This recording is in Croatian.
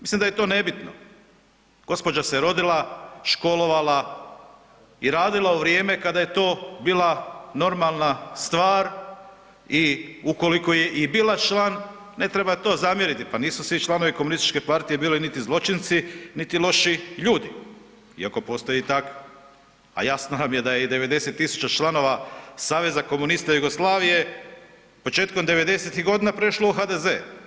Mislim da je to nebitno, gospođa se rodila, školovala i radila u vrijeme kada je to bila normalna stvar i ukoliko je i bila član, ne treba to zamjeriti, pa nisu svi članovi KP bili niti zločinci niti lošiji ljudi iako postoje i takvi, a jasno nam je 90 000 članova Saveza komunista Jugoslavije početkom 90-ih godina prešla u HDZ.